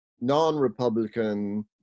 non-Republican